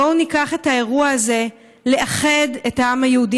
בואו ניקח את האירוע הזה לאחד את העם היהודי.